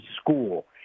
school